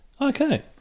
Okay